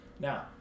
Now